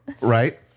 Right